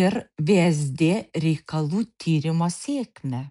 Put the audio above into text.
ir vsd reikalų tyrimo sėkmę